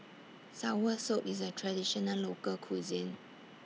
Soursop IS A Traditional Local Cuisine